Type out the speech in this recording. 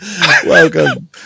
welcome